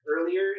earlier